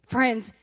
Friends